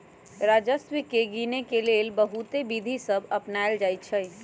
राजस्व के गिनेके लेल बहुते विधि सभ अपनाएल जाइ छइ